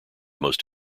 most